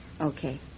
Okay